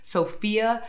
Sophia